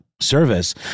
Service